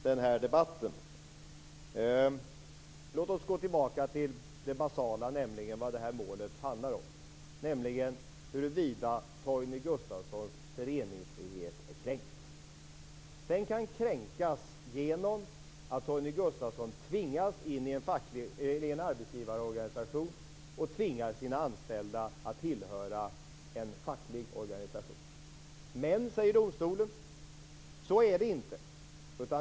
Fru talman! Detta skall bli mitt sista inlägg i denna debatt. Låt oss gå tillbaka till det basala, nämligen vad målet handlar om. Är Torgny Gustafssons föreningsfrihet kränkt? Den kan kränkas genom att Torgny Gustafsson tvingas in i en arbetsgivarorganisation och tvingar sina anställda att tillhöra en facklig organisation. Men, säger domstolen, så är det inte.